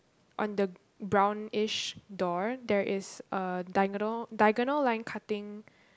on the brownish door there is a diagonal diagonal line cutting